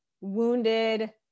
wounded